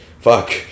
Fuck